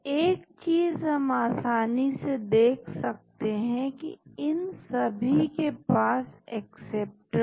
तो एक चीज हम आसानी से देख सकते हैं कि इन सभी के पास एक्सेप्टर्स हैं